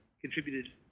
contributed